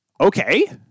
Okay